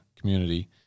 community